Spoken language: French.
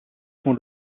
font